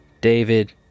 David